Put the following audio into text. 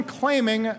claiming